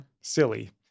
silly